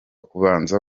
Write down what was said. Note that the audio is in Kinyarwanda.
kubanza